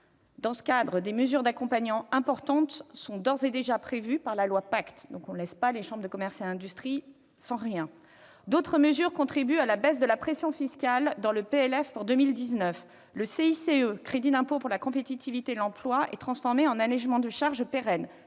Dans ce cadre, des mesures d'accompagnement importantes sont d'ores et déjà prévues par la loi PACTE : on ne laisse pas les chambres de commerce et d'industrie sans rien. Trop sympa ! D'autres mesures contribuent à la baisse de la pression fiscale dans le projet de loi de finances pour 2019. Ainsi, le CICE, le crédit d'impôt pour la compétitivité et l'emploi, est transformé en allégement de charges pérennes,